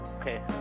Okay